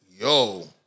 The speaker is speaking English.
yo